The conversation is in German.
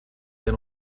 der